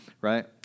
right